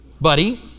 buddy